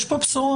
יש פה בשורה.